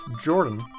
Jordan